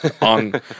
on